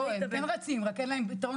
הם כן רצים, רק אין להם פתרונות.